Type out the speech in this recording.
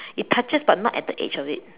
it touches but not at the edge of it